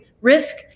risk